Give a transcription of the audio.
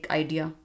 idea